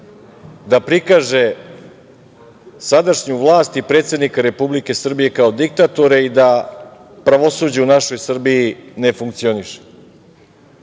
da prikaže sadašnju vlast i predsednika Republike Srbije kao diktatora i da pravosuđe u našoj Srbiji ne funkcioniše,